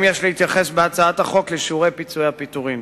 יש להתייחס בהצעת החוק לשיעורי פיצויי הפיטורין.